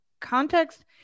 context